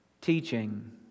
Teaching